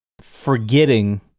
forgetting